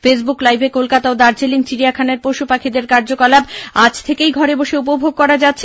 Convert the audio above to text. Facebook লাইভে কলকাতা ও দার্জিলিং চিড়িয়াখানার পশু পাখিদের কার্যকলাপ আজ থেকেই ঘরে বসে উপভোগ করা যাছে